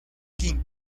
king